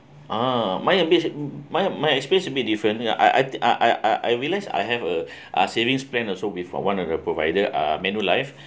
ah mine a bit my my explained a bit different ya I I uh I I I realise I have a uh savings plan also with one of the provider uh manulife